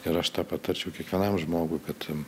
ir aš tą patarčiau kiekvienam žmogui kad